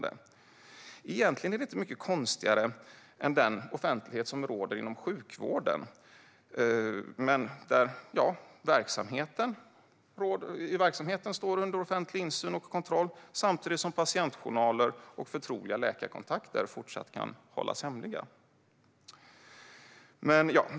Det är egentligen inte mycket konstigare än den offentlighet som råder inom sjukvården, där verksamheten står under offentlig insyn och kontroll samtidigt som patientjournaler och förtroliga läkarkontakter fortsatt kan hållas hemliga.